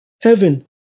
Heaven